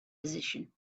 position